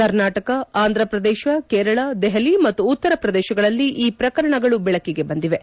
ಕರ್ನಾಟಕ ಆಂಧ್ರ ಪ್ರದೇಶ ಕೇರಳ ದೆಹಲಿ ಮತ್ತು ಉತ್ತರ ಪ್ರದೇಶಗಳಲ್ಲಿ ಈ ಪ್ರಕರಣಗಳು ಬೆಳಕಿಗೆ ಬಂದಿವೆ